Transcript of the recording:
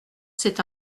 c’est